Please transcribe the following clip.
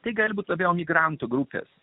tik galbūt labiau migrantų grupės